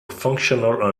functional